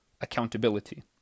accountability